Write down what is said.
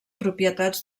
propietats